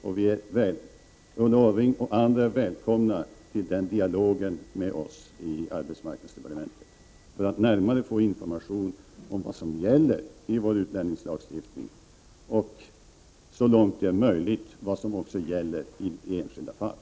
Ulla Orring och andra är välkomna till den dialogen med oss i arbetsmarknadsdepartementet, för att närmare få information om vad som gäller beträffande vår utlänningslagstiftning och så långt det är möjligt vad som gäller i enskilda fall.